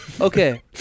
Okay